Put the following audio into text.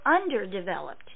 underdeveloped